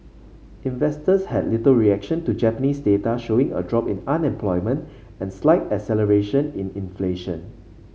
investors had little reaction to Japanese data showing a drop in unemployment and slight acceleration in inflation